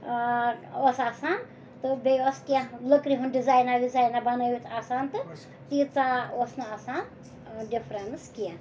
ٲس آسان تہٕ بیٚیہِ ٲس کینٛہہ لٔکرِ ہُنٛد ڈِزاینا وِزاینا بَنٲوِتھ آسان تہٕ تیٖژاہ اوس نہٕ آسان ڈِفرَنٕس کینٛہہ